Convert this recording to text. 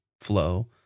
flow